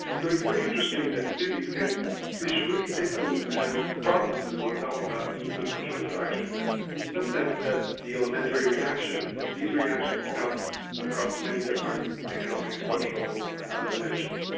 so it's very interesting that cities can we should really think them as processes, we're talking about human social interaction, that in some sense that the elementary reactions, these reactions come across many different economic, social and other dimensions,